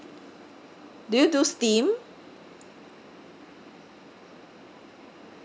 do you do steam